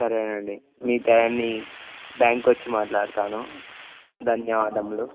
సరేనండి మిగతావన్నీ బ్యాంకుకొచ్చి మాట్లాడుతాను ధన్యవాదములు